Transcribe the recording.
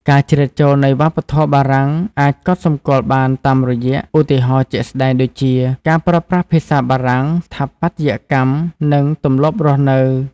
ការជ្រៀតចូលនៃវប្បធម៌បារាំងអាចកត់សម្គាល់បានតាមរយៈ ឧទាហរណ៍ជាក់ស្ដែង ដូចជា ការប្រើប្រាស់ភាសាបារាំង ស្ថាបត្យកម្ម និងទម្លាប់រស់នៅ។